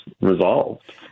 resolved